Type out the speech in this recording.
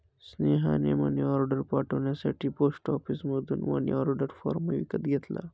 स्नेहाने मनीऑर्डर पाठवण्यासाठी पोस्ट ऑफिसमधून मनीऑर्डर फॉर्म विकत घेतला